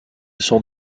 sont